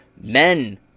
men